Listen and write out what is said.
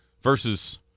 Versus